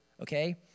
okay